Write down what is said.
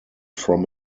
from